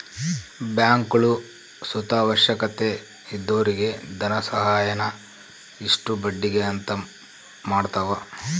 ಬ್ಯಾಂಕ್ಗುಳು ಸುತ ಅವಶ್ಯಕತೆ ಇದ್ದೊರಿಗೆ ಧನಸಹಾಯಾನ ಇಷ್ಟು ಬಡ್ಡಿಗೆ ಅಂತ ಮಾಡತವ